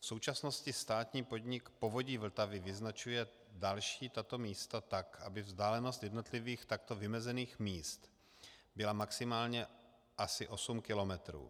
V současnosti státní podnik Povodí Vltavy vyznačuje další tato místa tak, aby vzdálenost jednotlivých takto vymezených míst byla maximálně asi osm kilometrů.